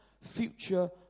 future